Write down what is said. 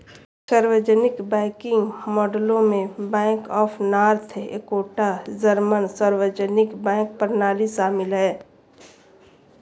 सार्वजनिक बैंकिंग मॉडलों में bank of North Dakota German सार्वजनिक बैंक प्रणाली शामिल है